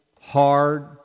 hard